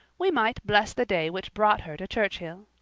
we might bless the day which brought her to churchhill.